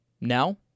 Now